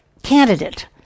Candidate